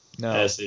No